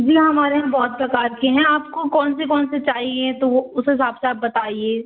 जी हमारे यहाँ बहुत प्रकार के हैं आपको कौन से कौन से चाहिए तो वो उस हिसाब से आप बताइए